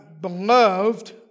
beloved